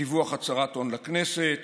דיווח הצהרת הון לכנסת